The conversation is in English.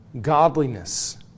godliness